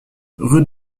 rue